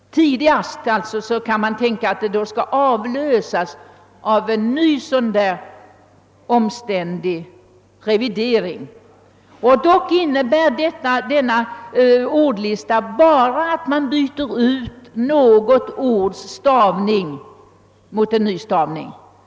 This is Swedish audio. Tidigast då kan det alltså tänkas att ordlistan skall avlösas av en ny omständlig revidering. Dock innebär en ny ordlista bara att man byter ut något ords stavning mot ny stavning.